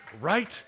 right